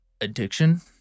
addiction